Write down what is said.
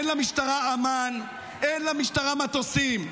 אין למשטרה אמ"ן, אין למשטרה מטוסים,